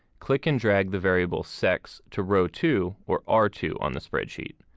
click and drag the variable sex to row two or r two on the spreadsheet.